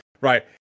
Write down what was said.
right